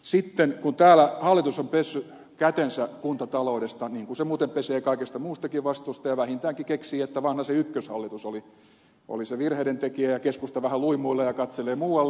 sitten täällä hallitus on pessyt kätensä kuntataloudesta niin kuin se muuten pesee kaikesta muustakin vastuusta ja vähintäänkin keksii että vanhasen ykköshallitus oli se virheiden tekijä ja keskusta vähän luimuilee ja katselee muualle